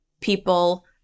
people